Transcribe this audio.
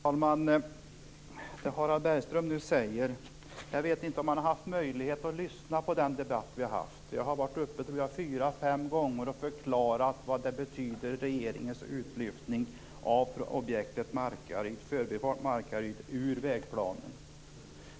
Fru talman! Jag vet inte om Harald Bergström har haft möjlighet att lyssna på den debatt vi har haft. Jag har varit uppe fyra fem gånger, tror jag, och förklarat vad regeringens utlyftning av objektet förbifart Markaryd ur vägplanen betyder.